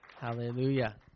Hallelujah